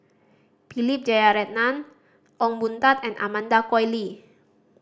Philip Jeyaretnam Ong Boon Tat and Amanda Koe Lee